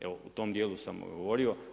Evo o tom dijelu sam govorio.